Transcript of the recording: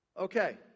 Okay